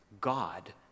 God